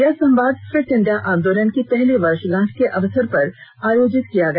यह संवाद Fit India आंदोलन की पहली वर्षगांठ के अवसर पर आयोजित किया गया